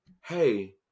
Hey